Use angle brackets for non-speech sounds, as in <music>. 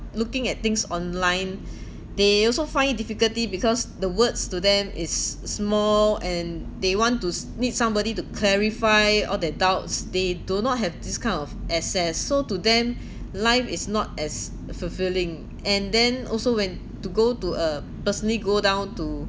looking at things online <breath> they also find it difficulty because the words to them is small and they want to need somebody to clarify all their doubts they do not have this kind of access so to them <breath> life is not as fulfilling and then also when to go to a personally go down to